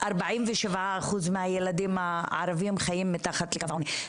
47 אחוז מהילדים הערבים חיים מתחת לקו העוני,